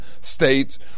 states